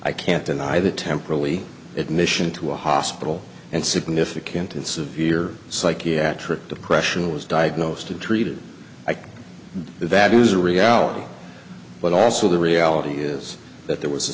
i can't deny that temporally admission to a hospital and significant in severe psychiatric depression was diagnosed and treated that is a reality but also the reality is that there was a